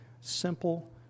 simple